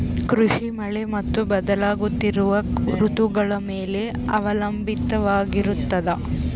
ಕೃಷಿ ಮಳೆ ಮತ್ತು ಬದಲಾಗುತ್ತಿರುವ ಋತುಗಳ ಮೇಲೆ ಅವಲಂಬಿತವಾಗಿರತದ